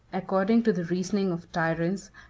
according to the reasoning of tyrants,